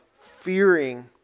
fearing